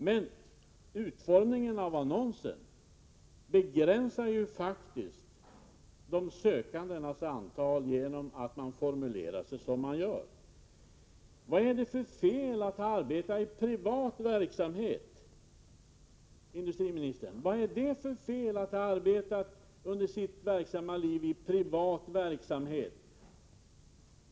Men utformningen av annonsen begränsar ju faktiskt de sökandes antal. Vad är det för fel att arbeta i privat verksamhet? Vad är det för fel att under sitt verksamma liv arbeta i privata företag, industriministern?